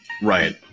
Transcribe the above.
right